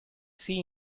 see